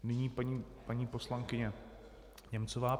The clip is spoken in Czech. Nyní paní poslankyně Němcová.